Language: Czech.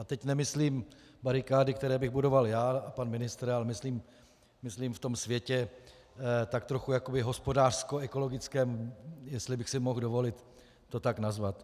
A teď nemyslím barikády, které bych budoval já a pan ministr, ale myslím v tom světě tak trochu jakoby hospodářskoekologickém, jestli bych si mohl dovolit to tak nazvat.